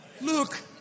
Look